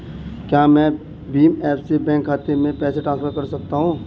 क्या मैं भीम ऐप से बैंक खाते में पैसे ट्रांसफर कर सकता हूँ?